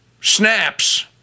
snaps